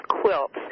quilts